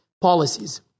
policies